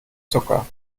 zucker